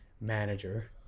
manager